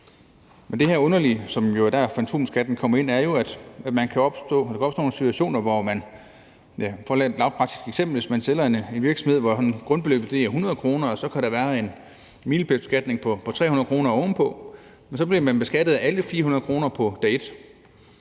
Men det underlige, og det er der, hvor fantomskatten kommer ind, er jo, at der kan opstå nogle situationer, hvor man – for at komme med et lavpraktisk eksempel – sælger en virksomhed, hvor grundbeløbet er 100 kr., og så kan der være en milepælsbeskatning på 300 kr. ovenpå, men så bliver man beskattet af alle 400 kr. på dag et.